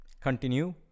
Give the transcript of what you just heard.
continue